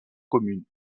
commune